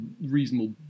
reasonable